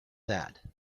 that